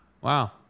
Wow